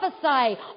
prophesy